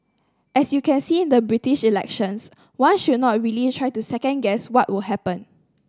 as you can see in the British elections one should not really try to second guess what will happen